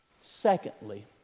Secondly